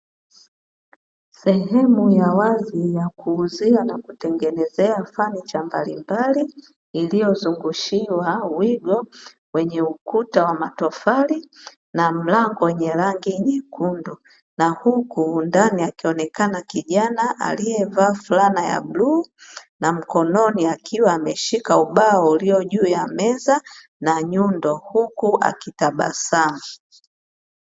Sehemu ya wazi ya kuuzia na kutengenezea fanicha mbalimbali, iliyozungushiwa wigo wenye ukuta wa matofali, na mlango wenye rangi nyekundu na huku ndani akionekana kijana aliyevaa fulana ya bluu, na mkononi akiwa ameshika ubao ulio juu ya meza, na nyundo na huku akitabasamu.